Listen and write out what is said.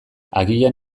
agian